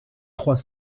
trois